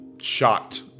shocked